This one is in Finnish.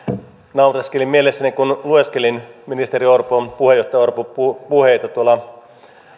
naureskelin mielessäni kun lueskelin puheenjohtaja orpon puheita tuolla